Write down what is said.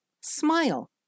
smile